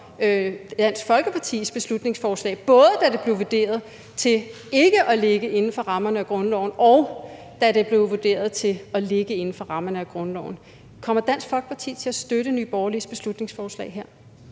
Dansk Folkepartis beslutningsforslag, både da det blev vurderet til ikke at ligge inden for rammerne af grundloven, og da det blev vurderet til at ligge inden for rammerne af grundloven? Kommer Dansk Folkeparti til at støtte Nye Borgerliges beslutningsforslag her?